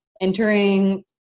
entering